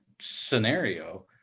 scenario